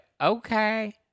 Okay